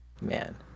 man